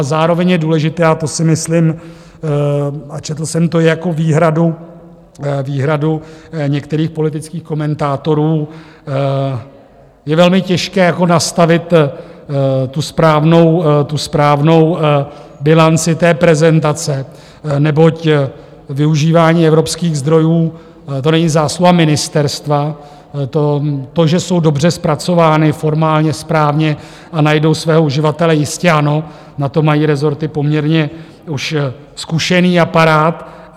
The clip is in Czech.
Zároveň je důležité, a to si myslím, a četl jsem to jako výhradu některých politických komentátorů, je velmi těžké nastavit tu správnou bilanci té prezentace, neboť využívání evropských zdrojů, to není zásluha ministerstva, to, že jsou dobře zpracovány, formálně správně, a najdou svého uživatele, jistě ano, na to mají rezorty poměrně už zkušený aparát.